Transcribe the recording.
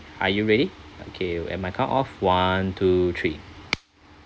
are you ready okay and my count of one two three